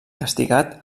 castigat